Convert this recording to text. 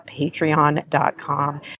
patreon.com